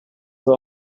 were